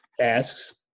asks